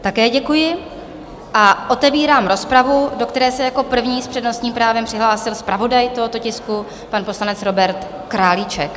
Také děkuji a otevírám rozpravu, do které se jako první s přednostním právem přihlásil zpravodaj tohoto tisku, pan poslanec Robert Králíček.